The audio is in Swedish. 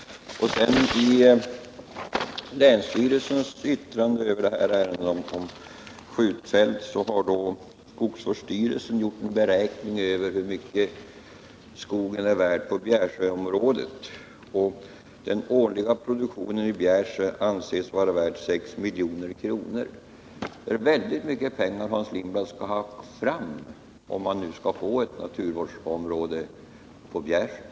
I länsstyrelsens yttrande över detta skjutfältsärende har skogsvårdsstyrelsen gjort en beräkning av hur mycket skogen på Bjärsjöområdet är värd. Den årliga produktionen i Bjärsjö anses vara värd 6 milj.kr. Det är väldigt mycket pengar som Hans Lindblad skall skaffa fram om man skall få ett naturvårdsområde i Bjärsjö.